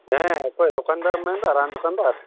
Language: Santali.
ᱦᱮᱸ ᱚᱠᱚᱭ ᱫᱚᱠᱟᱱᱫᱟᱨᱮᱢ ᱢᱮᱱ ᱮᱫᱟ ᱨᱟᱱ ᱫᱚᱠᱟᱱᱫᱟᱨ